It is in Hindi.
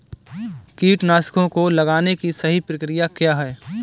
कीटनाशकों को लगाने की सही प्रक्रिया क्या है?